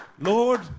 Lord